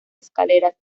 escaleras